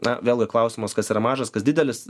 na vėlgi klausimas kas yra mažas kas didelis